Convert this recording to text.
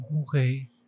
Okay